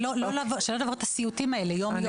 וזאת כדי שלא נעבור את הסיוטים האלה יום יום.